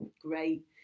Great